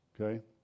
Okay